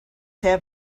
have